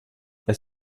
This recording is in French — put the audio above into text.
elle